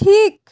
ঠিক